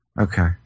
Okay